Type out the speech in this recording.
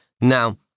Now